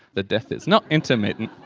the death is not intermittent.